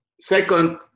Second